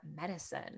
medicine